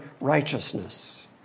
righteousness